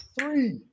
three